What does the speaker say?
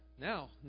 Now